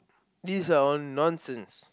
these are all nonsense